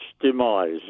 demise